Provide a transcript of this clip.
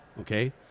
Okay